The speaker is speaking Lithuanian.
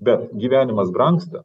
bet gyvenimas brangsta